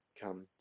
come